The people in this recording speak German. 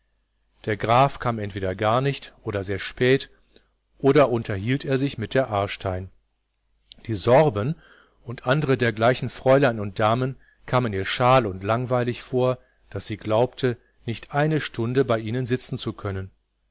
der graf kam entweder gar nicht oder sehr spät oder unterhielt er sich mit der aarstein die sorben und andere dergleichen fräulein und damen kamen ihr schal und langweilig vor daß sie glaubte nicht eine stunde bei ihnen sitzen zu können